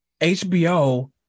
HBO